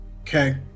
Okay